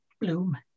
bloom